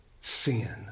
sin